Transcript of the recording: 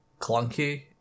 clunky